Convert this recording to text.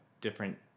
different